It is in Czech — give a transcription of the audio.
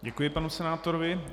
Děkuji panu senátorovi.